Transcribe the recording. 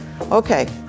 okay